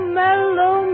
mellow